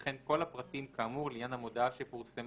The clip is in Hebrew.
וכן כל הפרטים כאמור לעניין המודעה שפורסמה